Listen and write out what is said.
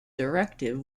directive